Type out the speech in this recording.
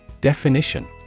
Definition